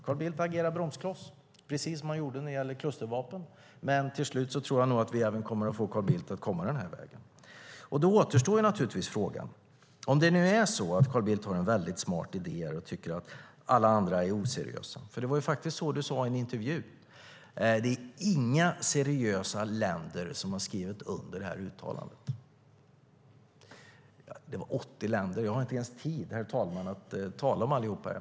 Carl Bildt agerar bromskloss, precis som han gjorde när det gällde klustervapen. Men till slut tror jag att vi även kommer att få Carl Bildt att komma den här vägen. Då återstår naturligtvis en fråga, om det nu är så att Carl Bildt har en väldigt smart idé och tycker att alla andra är oseriösa. Det var faktiskt så du sade i en intervju: Det är inga seriösa länder som har skrivit under det här uttalandet. Det var 80 länder. Jag har inte ens tid, herr talman, att tala om allihop här.